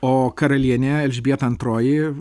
o karalienė elžbieta antroji